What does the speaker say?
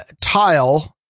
tile